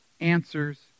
answers